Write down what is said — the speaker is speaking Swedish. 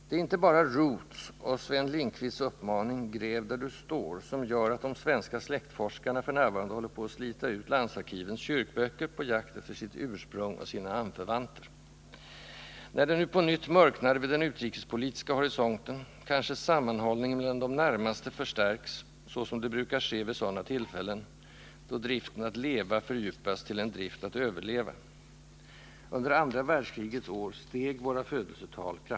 Det är inte bara ”Roots” och Sven Lindquists uppmaning ”Gräv där du står” som gör att de svenska släktforskarna f.n. håller på att slita ut landsarkivens kyrkböcker på jakt efter sitt ursprung och sina anförvanter. När det nu på nytt mörknar vid den utrikespolitiska horisonten kanske sammanhållningen mellan de närmaste förstärks, såsom det brukar ske vid sådana tillfällen, då driften att leva fördjupas till en drift att överleva. Under andra världskrigets år steg våra födelsetal kraftigt.